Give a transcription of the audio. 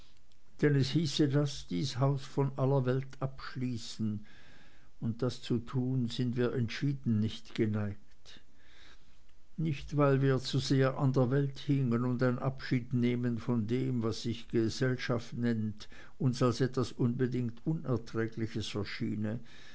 es hieße das dies haus von aller welt abschließen und das zu tun sind wir entschieden nicht geneigt nicht weil wir zu sehr an der welt hingen und ein abschiednehmen von dem was sich gesellschaft nennt uns als etwas unbedingt unerträgliches erschiene